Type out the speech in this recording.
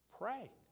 Pray